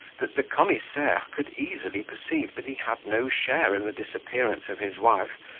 that the commissaire could easily perceive that he had no share in the disappearance of his wife,